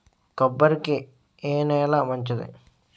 కొబ్బరి కి ఏ నేల మంచిది?